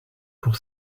pour